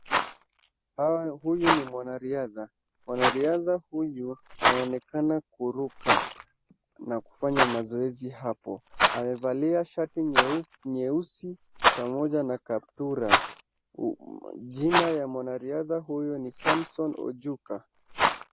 Huyu ni mwanariadha, mwanariadha huyu anaonekana kuruka na kufanya mazoezi hapo. Amevalia shati nyeusi pamoja na kaptula. Jina ya mwanariadha huyu ni Samson Ojuka.